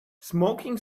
smoking